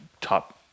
top